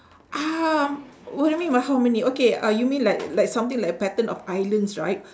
ah what you mean by how many okay you mean like like something like pattern of islands right